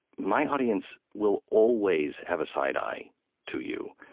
my audience will always have a side-eye to you.